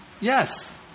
yes